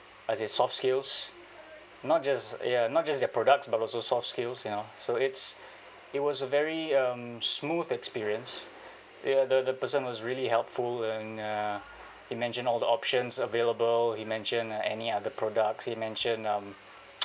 as in soft skills not just ya not just their products but also soft skills you know so it's it was a very um smooth experience ya the the person was really helpful and uh he mentioned all the options available he mentioned uh any other products he mentioned um